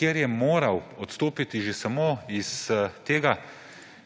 in je moral odstopiti že samo zaradi tega,